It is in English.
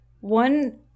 one